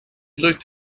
looked